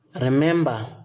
remember